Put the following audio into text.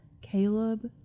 caleb